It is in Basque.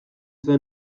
izan